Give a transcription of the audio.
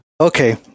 Okay